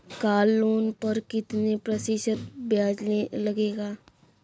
Car loan पर कितने प्रतिशत ब्याज लगेगा?